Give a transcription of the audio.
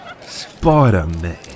Spider-Man